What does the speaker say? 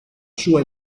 sua